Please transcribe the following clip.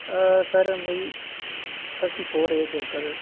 sir ਮੇਰੀ thirty four age ਹੈ sir